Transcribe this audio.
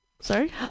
Sorry